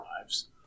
lives